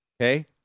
okay